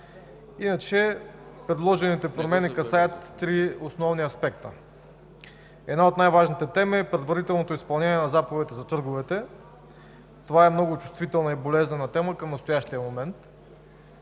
Предложените промени касаят три основни аспекта. Една от най-важните теми е предварителното изпълнение на заповедите за търговете. Това е много чувствителна и болезнена тема към настоящия момент.